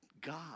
God